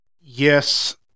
Yes